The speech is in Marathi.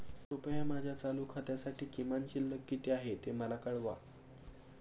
कृपया माझ्या चालू खात्यासाठी किमान शिल्लक किती आहे ते मला कळवा